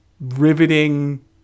riveting